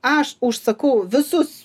aš užsakau visus